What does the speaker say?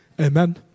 Amen